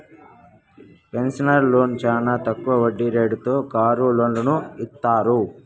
personal loan చానా తక్కువ వడ్డీ రేటుతో కారు లోన్లను ఇత్తారు